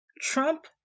Trump